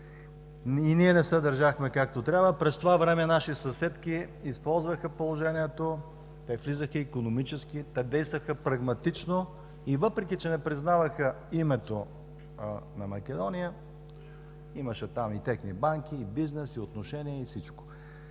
и ние не се държахме както трябва. През това време наши съседки използваха положението – те влизаха икономически, те действаха прагматично и въпреки че не признаваха името на Македония, имаше там и техни банки, и бизнес, и отношения и всичко,